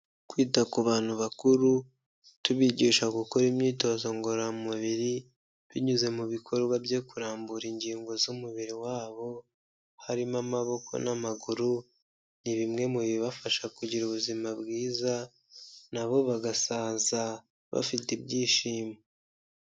Kwita ku bantu bakuru, tubigisha gukora imyitozo ngororamubiri, binyuze mu bikorwa byo kurambura ingingo z'umubiri wabo, harimo amaboko n'amaguru, ni bimwe mu bibafasha kugira ubuzima bwiza, na bo bagasaza, bafite ibyishimo.